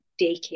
daycare